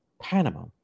Panama